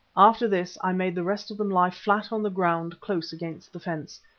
after this i made the rest of them lie flat on the ground close against the fence,